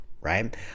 right